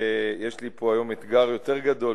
שיש לי פה היום אתגר יותר גדול,